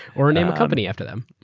or name a company after them.